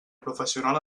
professional